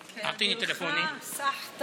בבקשה, חברת הכנסת